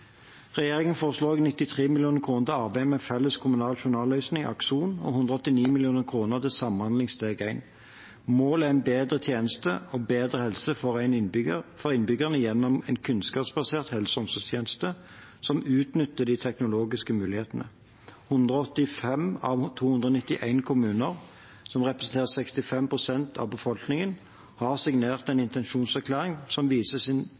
Regjeringen foreslår 93 mill. kr til arbeidet med felles kommunal journalløsning, Akson, og 189 mill. kr til samhandling steg én. Målet er en bedre tjeneste og bedre helse for innbyggerne gjennom en kunnskapsbasert helse- og omsorgstjeneste som utnytter de teknologiske mulighetene. 185 av 291 kommuner, som representerer 65 pst. av befolkningen, har signert en intensjonserklæring, som viser